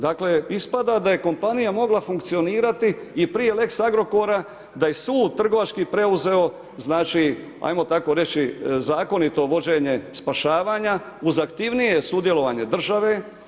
Dakle, ispada da je kompanija mogla funkcionirati i prije lex Agrokora, da je sud trgovački preuzeo, znači ajmo tako reći, zakonito vođenje spašavanja, uz aktivnije sudjelovanje države.